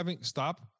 Stop